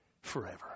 forever